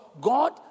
God